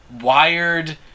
wired